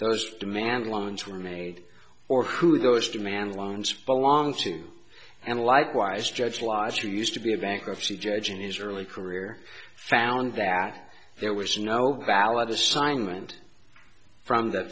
those demand loans were made or who those demand loans belong to and likewise judge laws are used to be a bankruptcy judge in his early career found that there was no valid assignment from the